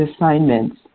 assignments